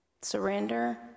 Surrender